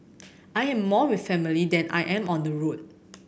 I am more with family than I am on the road